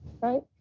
right